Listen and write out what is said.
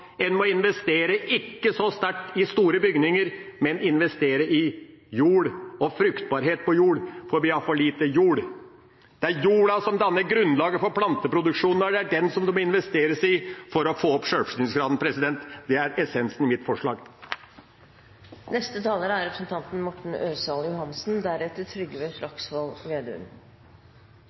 En må ikke investere så sterkt i store bygninger, men investere i jord, i fruktbar jord, for vi har for lite jord. Det er jorda som danner grunnlaget for planteproduksjonen, og det er den det må investeres i for å få opp sjølforsyningsgraden. Det er essensen i mitt